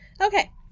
Okay